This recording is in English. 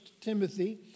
Timothy